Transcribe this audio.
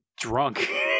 drunk